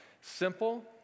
Simple